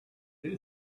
two